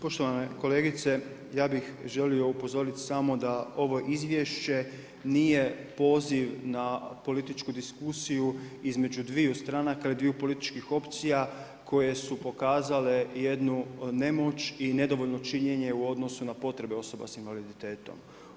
Poštovane kolegice, ja bih želio upozoriti samo da ovo Izvješće nije poziv na političku diskusiju između dviju stranaka ili dviju političkih opcija koje su pokazale jednu nemoć i nedovoljno činjenje u odnosu na potrebe osoba sa invaliditetom.